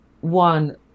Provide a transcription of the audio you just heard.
one